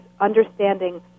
understanding